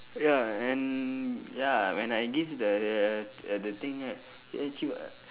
ya and ya when I give the the uh the thing right